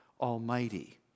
Almighty